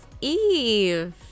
eve